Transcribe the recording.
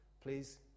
please